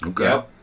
Okay